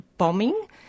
bombing